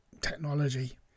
technology